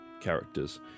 characters